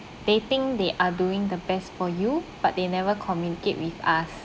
they think they are doing the best for you but they never communicate with us